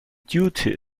duty